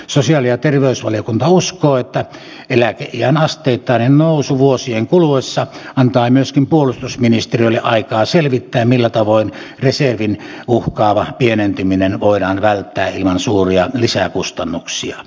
sosiaali ja terveysvaliokunta uskoo että eläkeiän asteittainen nousu vuosien kuluessa antaa myöskin puolustusministeriölle aikaa selvittää millä tavoin reservin uhkaava pienentyminen voidaan välttää ilman suuria lisäkustannuksia